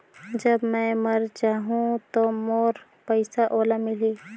जब मै मर जाहूं तो मोर पइसा ओला मिली?